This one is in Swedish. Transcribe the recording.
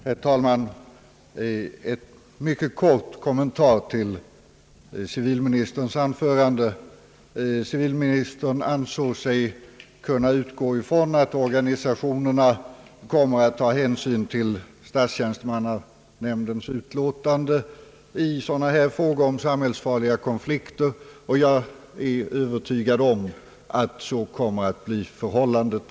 Herr talman! Endast en mycket kort kommentar till civilministerns anförande. Civilministern ansåg sig kunna utgå ifrån att organisationerna kommer att ta hänsyn till statstjänstenämndens utlåtanden i frågor om samhällsfarliga konflikter. Jag är också övertygad om att så kommer att bli förhållandet.